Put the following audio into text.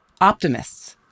Optimists